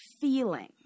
feeling